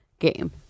Game